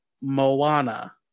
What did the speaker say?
Moana